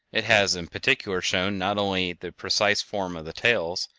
it has in particular shown not only the precise form of the tails,